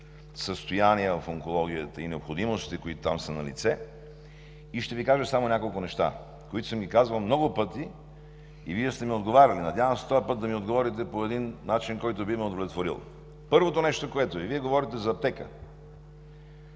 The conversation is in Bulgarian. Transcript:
състояние в онкологията и необходимостите, които там са налице. Ще Ви кажа само няколко неща, които съм ги казвал много пъти и Вие сте ми отговаряли. Надявам се този път да ми отговорите по начин, който би ме удовлетворил. Първото нещо, което е, Вие говорите за аптека.